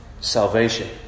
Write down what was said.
salvation